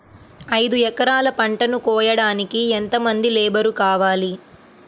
ఐదు ఎకరాల పంటను కోయడానికి యెంత మంది లేబరు కావాలి?